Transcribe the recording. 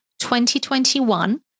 2021